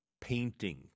painting